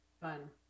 fun